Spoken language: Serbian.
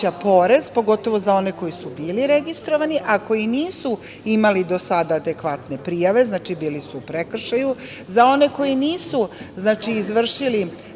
porez, pogotovo za one koji su bili registrovani, a koji nisu imali do sada adekvatne prijave, znači bili su u prekršaju, za one koji nisu izvršili